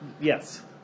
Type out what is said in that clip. Yes